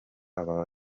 aba